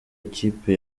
ikipe